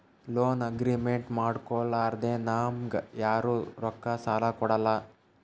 loan agreement ಮಾಡ್ಕೊಲಾರ್ದೆ ನಮ್ಗ್ ಯಾರು ರೊಕ್ಕಾ ಸಾಲ ಕೊಡಲ್ಲ